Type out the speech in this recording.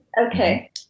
Okay